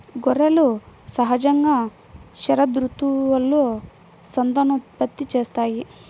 గొర్రెలు సహజంగా శరదృతువులో సంతానోత్పత్తి చేస్తాయి